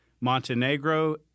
Montenegro